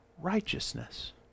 righteousness